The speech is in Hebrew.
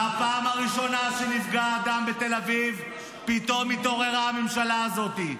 בפעם הראשונה שנפגע אדם בתל אביב פתאום התעוררה הממשלה הזאת.